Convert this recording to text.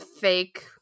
fake